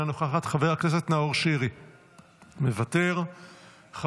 אינה נוכחת,